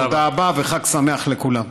תודה רבה וחג שמח לכולם.